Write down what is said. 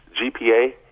GPA